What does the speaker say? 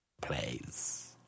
Please